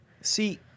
see